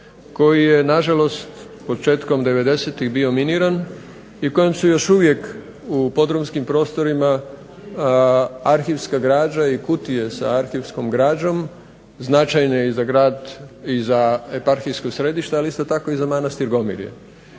koji je nažalost početkom '90-ih bio miniran i u kojem su još uvijek u podrumskim prostorima arhivska građa i kutije sa arhivskom građom značajne i za eparhijsko središte, ali isto tako i za Manastir Gomirje.